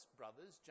brothers